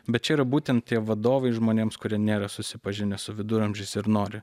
bet čia yra būtent tie vadovai žmonėms kurie nėra susipažinę su viduramžiais ir nori